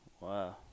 wow